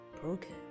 broken